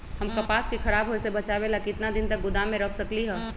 हम कपास के खराब होए से बचाबे ला कितना दिन तक गोदाम में रख सकली ह?